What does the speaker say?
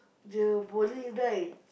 the bowling right